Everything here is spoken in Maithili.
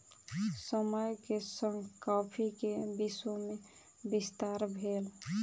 समय के संग कॉफ़ी के विश्व में विस्तार भेल